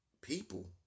People